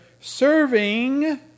serving